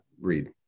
read